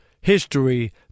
history